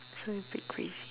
so a bit crazy